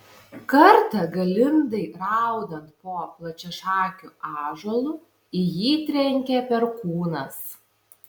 kartą galindai raudant po plačiašakiu ąžuolu į jį trenkė perkūnas